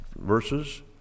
Verses